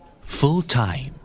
Full-time